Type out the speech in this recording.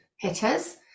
hitters